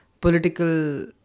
political